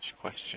question